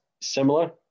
similar